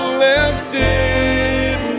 lifted